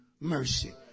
mercy